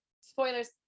spoilers